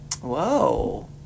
Whoa